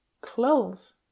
clothes